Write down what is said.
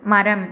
மரம்